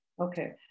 Okay